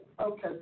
okay